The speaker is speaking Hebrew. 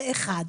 זה אחד.